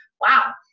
wow